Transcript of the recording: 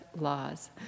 laws